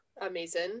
amazing